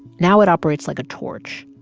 now it operates like a torch.